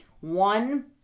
one